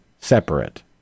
separate